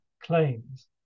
claims